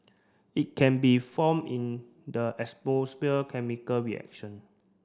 it can be form in the chemical reaction